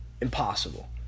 impossible